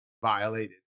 violated